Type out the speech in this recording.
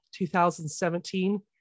2017